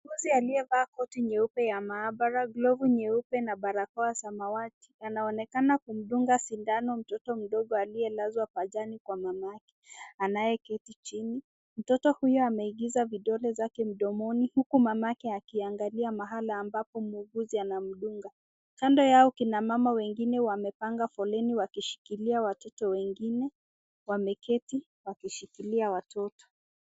Muuguzi aliyevaa koti nyeupe ya maabara, glovu nyeupe na barakoa ya samawati anaonekana kumdunga sindano mtoto mdogo aliyelazwa pajani kwa mamake anayeketi chini. Mtoto huyu ameingiza vidole zake mdomoni huku mamake akiangalia mahala ambapo muuguzi anamdunga. Kando yao kina mama wengine wamepanga foleni wakishikilia watoto wengine, wameketi wakishikilia watoto.